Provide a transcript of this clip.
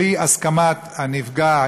בלי הסכמת הנפגע,